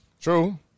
True